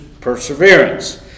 perseverance